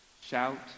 Shout